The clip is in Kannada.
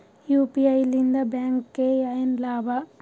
ಯು.ಪಿ.ಐ ಲಿಂದ ಬ್ಯಾಂಕ್ಗೆ ಏನ್ ಲಾಭ?